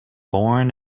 born